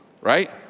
Right